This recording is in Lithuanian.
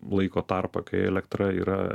laiko tarpą kai elektra yra